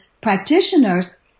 practitioners